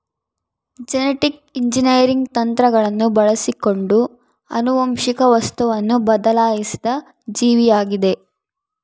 genetic engineering ತಂತ್ರಗಳನ್ನು ಬಳಸಿಕೊಂಡು ಆನುವಂಶಿಕ ವಸ್ತುವನ್ನು ಬದಲಾಯಿಸಿದ ಜೀವಿಯಾಗಿದ